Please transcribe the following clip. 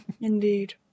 Indeed